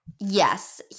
Yes